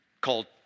called